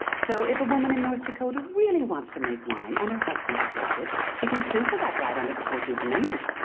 so if a woman in north dakota really wants to make wine and her husband forbids it, she can sue for that right under the fourteenth amendment.